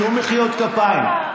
שום מחיאות כפיים.